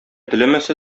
теләмәсә